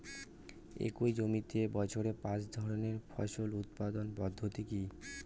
একই জমিতে বছরে পাঁচ ধরনের ফসল উৎপাদন পদ্ধতি কী?